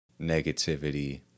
negativity